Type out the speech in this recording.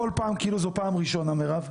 כל פעם כאילו זאת פעם ראשונה, מירב.